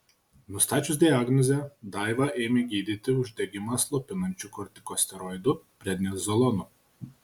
nustačius diagnozę daivą ėmė gydyti uždegimą slopinančiu kortikosteroidu prednizolonu